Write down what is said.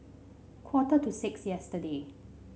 quarter to six yesterday